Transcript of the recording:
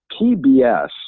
pbs